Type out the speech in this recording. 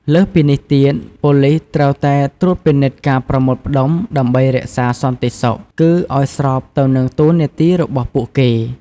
លើសពីនេះទៀត ប៉ូលីសត្រូវតែត្រួតពិនិត្យការប្រមូលផ្ដុំ ដើម្បីរក្សាសន្តិសុខ គឺឲ្យស្របទៅនឹងតួនាទីរបស់ពួកគេ។